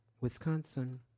Wisconsin